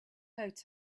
out